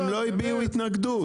הסופרים לא הביעו התנגדות,